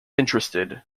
interested